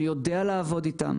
שיודע לעבוד איתם.